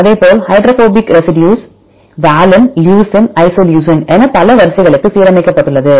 அதேபோல் hydrophobic residues valine leucine isoleucine என பல வரிசைகளுக்கு சீரமைக்கப்பட்டுள்ளது